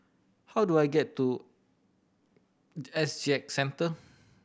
how do I get to S G X Centre